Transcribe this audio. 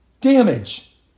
damage